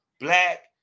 black